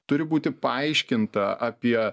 turi būti paaiškinta apie